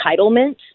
entitlement